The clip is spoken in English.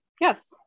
yes